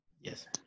Yes